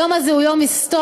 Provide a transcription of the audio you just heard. היום הזה הוא יום היסטורי,